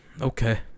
Okay